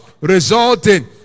resulting